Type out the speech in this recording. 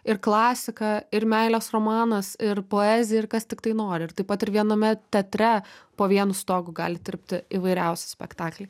ir klasika ir meilės romanas ir poezija ir kas tiktai nori ir taip pat ir viename teatre po vienu stogu gali tilpti įvairiausi spektakliai